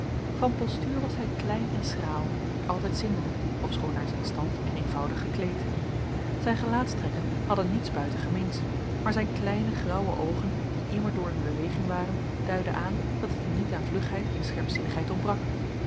van postuur was hij klein en schraal altijd zindelijk ofschoon naar zijn stand en eenvoudig gekleed zijn gelaatstrekken hadden niets buitengemeens maar zijn kleine graauwe oogen die immerdoor in beweging waren duidden aan dat het hem niet aan vlugheid en scherpzinnigheid ontbrak